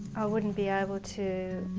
wouldn't be able to,